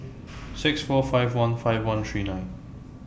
six four five one five one three nine